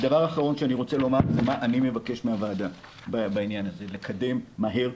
הדבר האחרון שאני רוצה לומר זה מה שאני מבקש מהוועדה לקדם מהר.